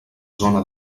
zona